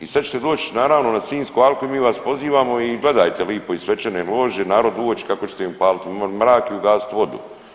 I sad ćete doći naravno na Sinjsku alku i mi vas pozivamo i gledajte lipo iz svečane lože narod u oči kako ćete im palit mrak i ugasit vodu.